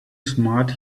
smart